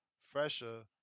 fresher